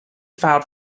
filed